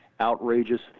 outrageous